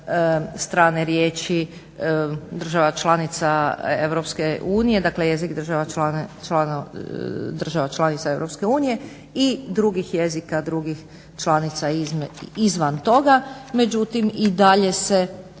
strane riječi država članica EU, dakle jezik država članica EU i drugih jezika, drugih članica izvan toga. Međutim, i dalje se